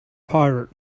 pirate